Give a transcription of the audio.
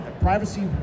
privacy